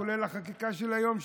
כולל החקיקה של היום,